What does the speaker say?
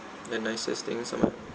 the nicest thing someone